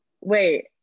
Wait